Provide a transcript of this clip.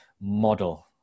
model